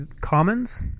Commons